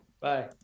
Bye